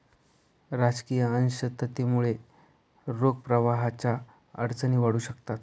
राजकीय अशांततेमुळे रोख प्रवाहाच्या अडचणी वाढू शकतात